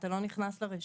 אתה לא נכנס לרשימה.